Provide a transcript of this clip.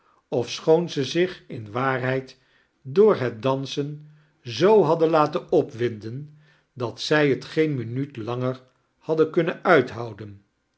ofschoon ze zich in waarheid door het dansen zoo hadden laten opwinden dat zij t geein minuut langex hadden kunnen uithouden